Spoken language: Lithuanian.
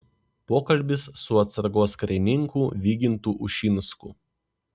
pokalbis su atsargos karininku vygintu ušinsku